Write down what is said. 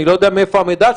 אני לא יודע מאיפה המידע שלהם,